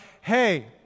hey